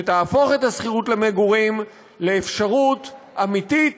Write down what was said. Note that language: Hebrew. שיהפוך את השכירות למגורים לאפשרות אמיתית